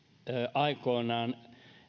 aikoinaan